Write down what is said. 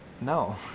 No